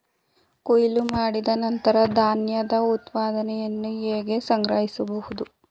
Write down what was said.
ಕೊಯ್ಲು ಮಾಡಿದ ನಂತರ ಧಾನ್ಯದ ಉತ್ಪನ್ನಗಳನ್ನು ಹೇಗೆ ಸಂಗ್ರಹಿಸುವುದು?